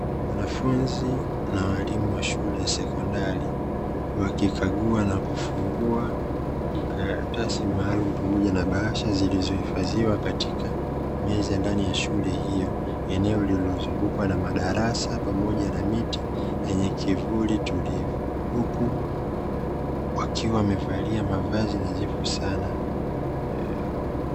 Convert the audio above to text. Wanafunzi na walimu wa shule ya sekondari wakikagua na kufungua karatasi maalumu pamoja na bahasha zilizohifadhiwa katika meza ya ndani ya shule hiyo, eneo ulilozungukwa na madarasa pamoja na miti yenye kivuli tulivu, huku wakiwa wamevalia mavazi nadhifu sana.